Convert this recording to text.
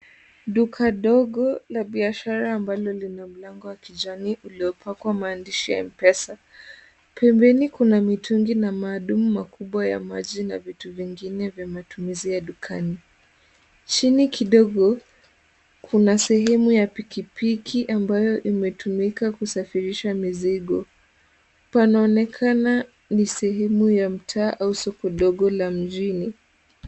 Duka dogo la biashara ambalo lina mlango wa kijani uliopakwa maandishi ya M-Pesa. Pembeni kuna mitungi na madumu makubwa ya maji na vitu vingine vya matumizi ya dukani. Chini kidogo kuna sehemu ya pikipiki ambayo imetumika kusafirisha mizigo. Panaonekana ni sehemu ya mtaa au soko dogo la mjini.